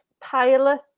pilot